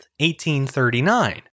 1839